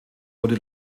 wurde